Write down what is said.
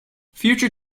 future